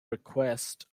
request